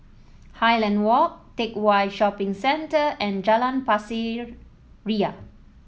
Highland Walk Teck Whye Shopping Centre and Jalan Pasir Ria